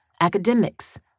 academics